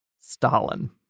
Stalin